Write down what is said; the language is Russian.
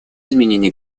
изменение